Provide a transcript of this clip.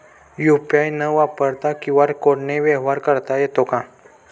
UPI न वापरता QR कोडने व्यवहार करता येतो का?